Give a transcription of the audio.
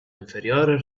inferiore